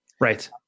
Right